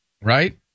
Right